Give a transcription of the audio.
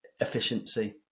efficiency